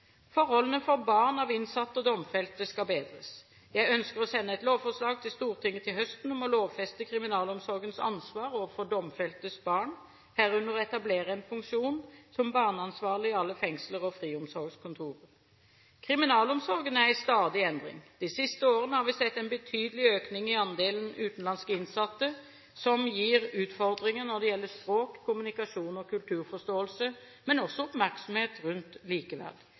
Forholdene for barn av innsatte og domfelte skal bedres. Jeg ønsker å sende et lovforslag til Stortinget til høsten om å lovfeste kriminalomsorgens ansvar overfor domfeltes barn, herunder etablere en funksjon som barneansvarlig i alle fengsler og friomsorgskontorer. Kriminalomsorgen er i stadig endring. De siste årene har vi sett en betydelig økning i andelen utenlandske innsatte, som gir utfordringer når det gjelder språk, kommunikasjon og kulturforståelse, men også oppmerksomhet rundt likeverd.